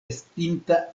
estinta